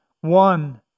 one